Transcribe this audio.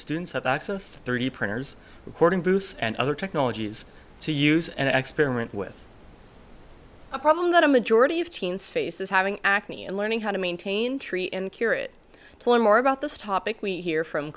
students have access thirty printers recording booths and other technologies to use and experiment with a problem that a majority of teens face is having acne and learning how to maintain tree and cure it plus more about this topic we hear from